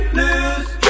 lose